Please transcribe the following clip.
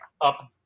up